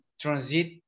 transit